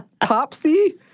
Popsy